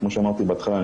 כמו שאמרתי בהתחלה,